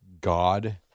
God